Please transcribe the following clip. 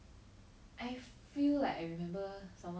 well to do like imagine like someone like tammy go and like